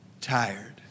tired